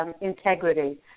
integrity